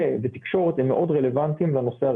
ותקשורת הם מאוד רלוונטיים לנושא הזה,